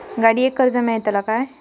गाडयेक कर्ज मेलतला काय?